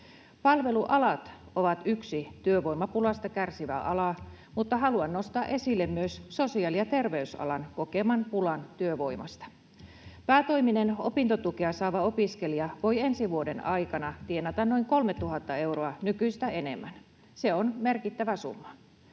Palveluala on yksi työvoimapulasta kärsivä ala, mutta haluan nostaa esille myös sosiaali- ja terveysalan kokeman pulan työvoimasta. Päätoiminen opintotukea saava opiskelija voi ensi vuoden aikana tienata noin 3 000 euroa nykyistä enemmän — se on merkittävä summa.